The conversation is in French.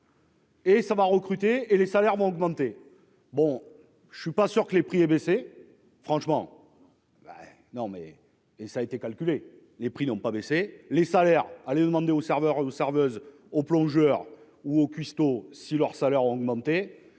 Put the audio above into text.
Et ça va recruter, et les salaires vont augmenter, bon je ne suis pas sûr que les prix et baisser franchement non, mais, et ça a été calculé les prix n'ont pas baissé les salaires, allez demander aux serveurs ou serveuses aux plongeurs ou au cuistot si leur salaire augmenter